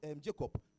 Jacob